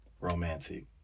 romantic